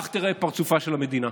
כך ייראה פרצופה של המדינה.